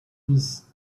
his